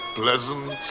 pleasant